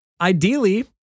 Ideally